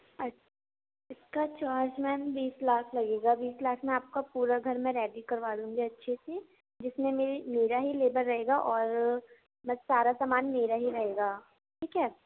اچھا اس کا چارج میم بیس لاکھ لگے گا بیس لاکھ میں آپ کا پورا گھر میں ریڈی کروا دوں گی اچھے سے جس میں میری میرا ہی لیبر رہے گا اور بس سارا سامان میرا ہی رہے گا ٹھیک ہے